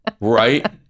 Right